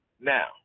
now